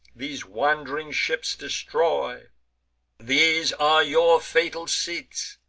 these wand'ring ships destroy these are your fatal seats,